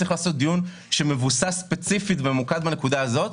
צריך לעשות דיון שמבוסס ספציפית וממוקד בנקודה הזאת.